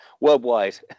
worldwide